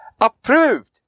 approved